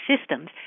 systems